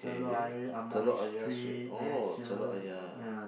Telok-Ayer Amoy Street